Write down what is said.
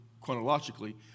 chronologically